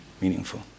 meaningful